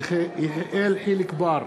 יחיאל חיליק בר,